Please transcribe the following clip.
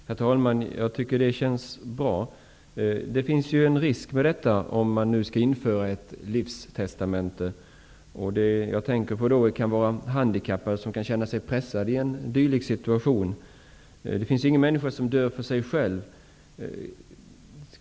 Herr talman! Det statsrådet säger känns bra. Det finns emellertid en risk förenad med ett införande av livstestamente. Jag tänker då på att handikappade kan känna sig pressade i en dylik situation. Det finns ingen människa som dör för sig själv.